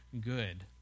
good